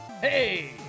Hey